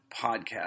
podcast